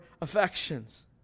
affections